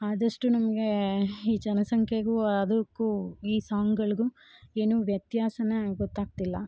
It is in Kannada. ಆದಷ್ಟು ನಮಗೇ ಈ ಜನ ಸಂಖ್ಯೆಗೂ ಅದಕ್ಕೂ ಈ ಸಾಂಗ್ಗಳಿಗೂ ಏನು ವ್ಯತ್ಯಾಸ ಗೊತ್ತಾಗ್ತಿಲ್ಲ